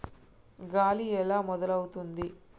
గాలి ఎలా మొదలవుతుంది?